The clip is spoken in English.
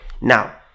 Now